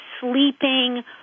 sleeping